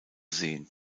sehen